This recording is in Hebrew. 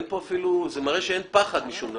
זה מראה שאין פחד משום דבר.